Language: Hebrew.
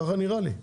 ככה נראה לי.